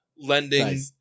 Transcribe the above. lending